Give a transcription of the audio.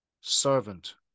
servant